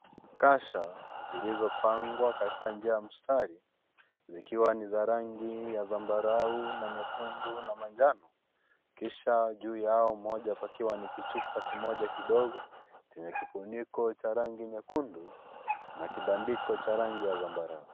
Kasa zilizopangwa katika njia ya msari zikiwa ni za rangi ya zambarau nyekundu na manjano kisha juu yao moja pakiwa ni kichupa kimoja kidogo chenye kifuniko cha rangi nyekundu na kibandiko cha rangi ya zambarau.